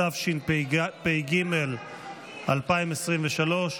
התשפ"ג 2023,